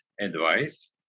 advice